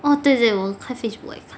哦对对我开 Facebook 来看